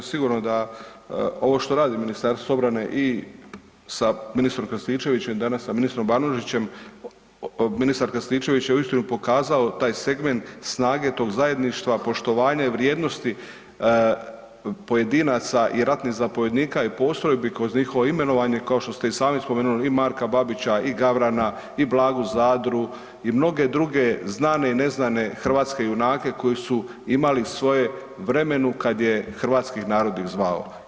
Sigurno da ovo što radi MORH i sa ministrom Krstičevićem, danas s ministrom Banožićem, ministar Krstičević je uistinu pokazao taj segment snage tog zajedništva, poštovanje vrijednosti pojedinaca i ratnih zapovjednika i postrojbi kroz njihovo imenovanje, kao što ste i sami spomenuli i Marka Babića i Gavrana i Blagu Zadru i mnoge druge znane i neznane hrvatske junake koji su imali svoje vremenu kada ih je hrvatski narod zvao.